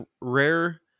Rare